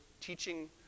teaching